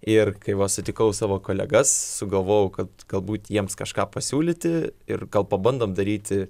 ir kai va sutikau savo kolegas sugalvojau kad galbūt jiems kažką pasiūlyti ir gal pabandom daryti